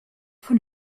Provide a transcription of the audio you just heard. von